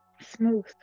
smooth